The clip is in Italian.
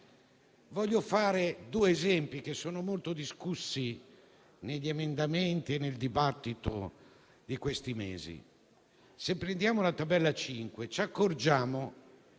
politico, facendo due esempi molto discussi negli emendamenti e nel dibattito di questi mesi. Se prendiamo la tabella 5 ci accorgiamo